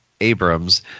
Abrams